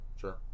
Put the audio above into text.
sure